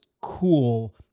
cool